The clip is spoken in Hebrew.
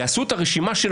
אתה נותן כוח